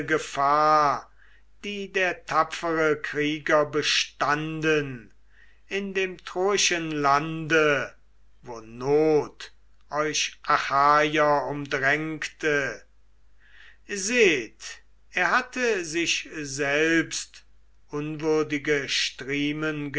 gefahr die der tapfere krieger bestanden in dem troischen lande wo not euch achaier umdrängte seht er hatte sich selbst unwürdige striemen